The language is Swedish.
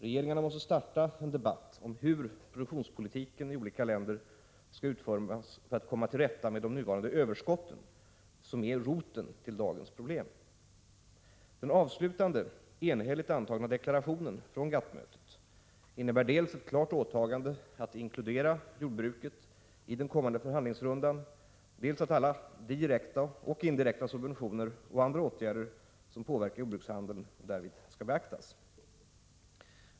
Regeringarna måste starta en debatt om hur produktionspolitiken i olika länder skall utformas för att komma till rätta med de nuvarande överskotten, vilka är roten till dagens problem. bär dels ett klart åtagande att inkludera jordbruket i den kommande förhandlingsrundan, dels att alla direkta och indirekta subventioner och andra åtgärder som påverkar jordbrukshandeln därvid skall beaktas.